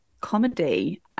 comedy